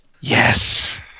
Yes